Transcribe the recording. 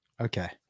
okay